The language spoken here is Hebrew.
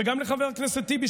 וגם לחבר הכנסת טיבי,